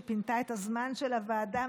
שפינתה את הזמן של הוועדה,